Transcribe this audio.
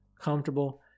comfortable